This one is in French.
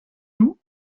nous